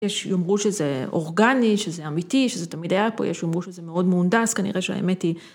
‫יש שיאמרו שזה אורגני, שזה אמיתי, ‫שזה תמיד היה פה. ‫יש, יאמרו שזה מאוד מהונדס, ‫כנראה שהאמת היא...